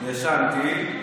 ישנתי.